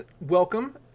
welcome